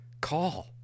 Call